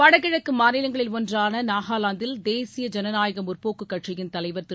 வடகிழக்கு மாநிலங்களில் ஒன்றான நாகாலாந்தில் தேசிய ஜனநாயக முற்போக்கு கட்சியின் தலைவர் திரு